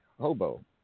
Hobo